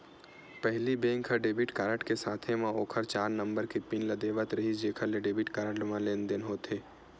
पहिली बेंक ह debit card के साथे म ओखर चार नंबर के पिन ल देवत रिहिस जेखर ले डेबिट कारड ले लेनदेन होथे